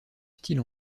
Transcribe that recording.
style